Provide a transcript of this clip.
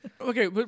okay